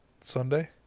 Sunday